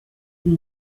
umwe